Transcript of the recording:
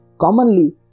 commonly